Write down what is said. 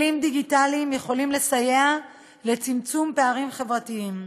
כלים דיגיטליים יכולים לסייע לצמצום פערים חברתיים,